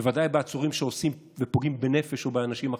בוודאי בעצורים שעושים ופוגעים בנפש ובאנשים אחרים.